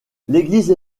l’église